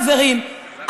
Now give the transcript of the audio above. חברים,